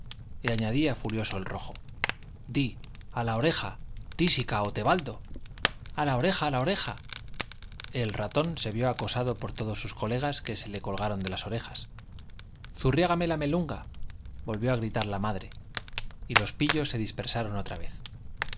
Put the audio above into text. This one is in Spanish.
añadía furioso el rojo di a la oreja tísica o te baldo a la oreja a la oreja el ratón se vio acosado por todos sus colegas que se le colgaron de las orejas zurriágame la melunga volvió a gritar la madre y los pillos se dispersaron otra vez